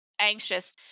anxious